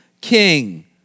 king